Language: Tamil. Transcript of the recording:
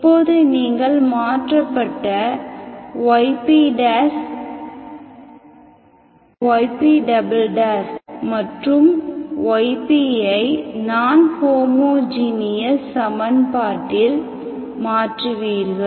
இப்போது நீங்கள் மாற்றப்பட்ட y p yp மற்றும் yp ஐ நான் ஹோமோஜீனியஸ் சமன்பாட்டில் மாற்றுவீர்கள்